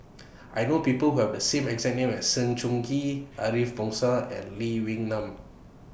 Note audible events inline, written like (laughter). (noise) I know People Who Have The same exact name as Sng Choon Kee Ariff Bongso and Lee Wee Nam